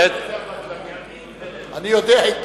הנמצאים בידי,